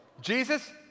Jesus